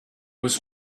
was